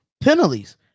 penalties